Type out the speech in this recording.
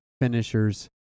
finishers